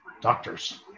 Doctors